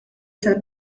tal